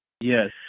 Yes